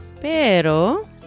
Pero